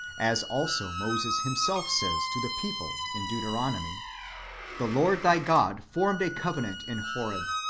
as also moses himself says to the people in deuteronomy the lord thy god formed a covenant in horeb.